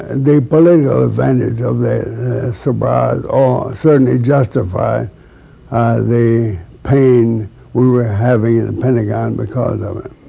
and the political advantage of that surprise ah certainly justified the pain we were having in the pentagon because of it.